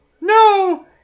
No